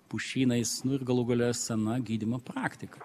pušynais nu ir galų gale sena gydymo praktika